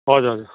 हजुर हजुर